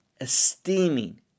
esteeming